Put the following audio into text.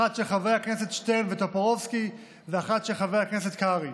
אחת של חברי הכנסת שטרן וטופורובסקי ואחת של חבר הכנסת קרעי.